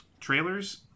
trailers